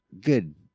Good